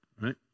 right